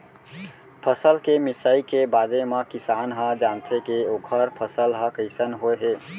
फसल के मिसाई के बादे म किसान ह जानथे के ओखर फसल ह कइसन होय हे